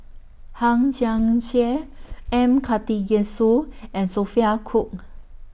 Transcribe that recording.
Hang Chang Chieh M Karthigesu and Sophia Cooke